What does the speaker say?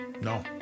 No